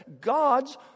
God's